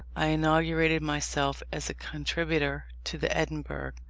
i inaugurated myself as a contributor to the edinburgh,